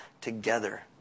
together